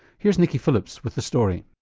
here's nicky phillips with the story.